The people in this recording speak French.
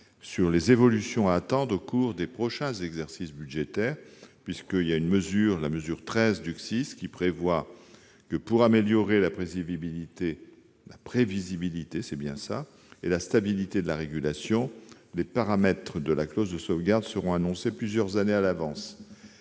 sur les évolutions à attendre au cours des prochains exercices budgétaires, car la mesure n° 13 du CSIS prévoit que, pour améliorer la prévisibilité et la stabilité de la régulation, les paramètres de la clause de sauvegarde seront annoncés plusieurs années à l'avance.